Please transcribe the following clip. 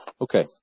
Okay